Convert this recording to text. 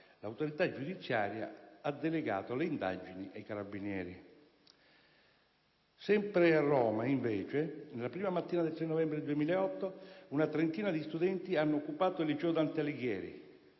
L'autorità giudiziaria ha delegato le indagini ai carabinieri. Sempre a Roma, invece, nella prima mattina del 3 novembre 2008, una trentina di studenti ha occupato il Liceo "Dante Alighieri";